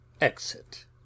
Exit